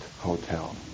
Hotel